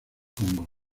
congo